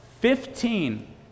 Fifteen